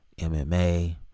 mma